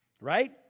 Right